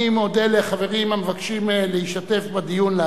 אני מודה לחברים המבקשים להשתתף בדיון.